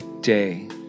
day